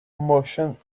motion